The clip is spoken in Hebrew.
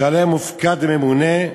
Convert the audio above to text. שעליהן מופקד ממונה,